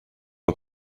att